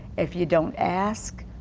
if you don't ask,